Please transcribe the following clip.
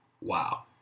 wow